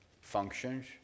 functions